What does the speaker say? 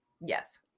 yes